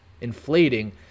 inflating